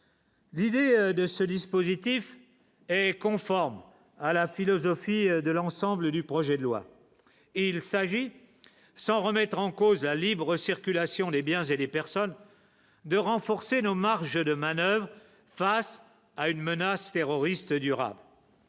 L'idée de ce dispositif est conforme à la philosophie de l'ensemble du projet de loi. Et il s'agit sans remettre en cause la libre circulation des biens et des personnes, de renforcer nos marges de manoeuvre face à une menace terroriste durant.